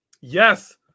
yes